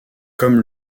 comme